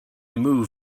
move